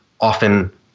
often